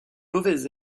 mauvaise